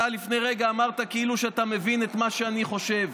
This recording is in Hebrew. אתה לפני רגע אמרת כאילו אתה מבין את מה שאני חושב.